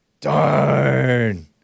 Darn